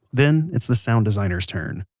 then it's the sound designers' turn